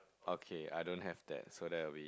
okay I don't have that so that will be